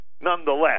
nonetheless